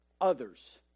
others